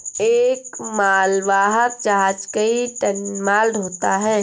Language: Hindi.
एक मालवाहक जहाज कई टन माल ढ़ोता है